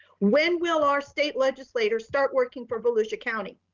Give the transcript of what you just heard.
when will our state legislators start working for volusia county?